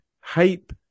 hype